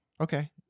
Okay